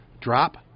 Drop